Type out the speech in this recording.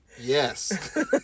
yes